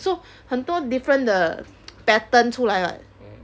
so 很多 different 的 pattern 出来 [what]